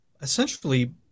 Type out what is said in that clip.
Essentially